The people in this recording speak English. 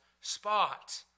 spot